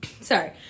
Sorry